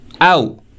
out